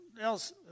else